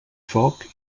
foc